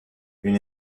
une